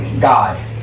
God